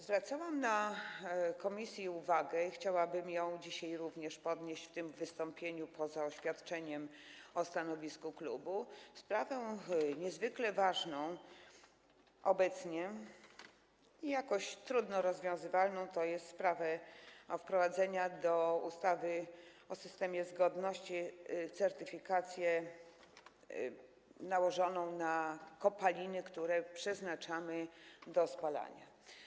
Zwracałam w komisji uwagę - i chciałabym to dzisiaj również podnieść w tym wystąpieniu poza oświadczeniem o stanowisku klubu - na sprawę obecnie niezwykle ważną, i jakoś trudno rozwiązywalną, tj. sprawę wprowadzenia do ustawy o systemie zgodności certyfikacji nałożonej na kopaliny, które przeznaczamy do spalania.